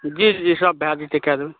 जी जी सब भऽ जेतै कऽ देबै